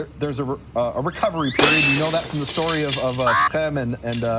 ah there's ah a recovery period, we know that from the story of of ah shichem and and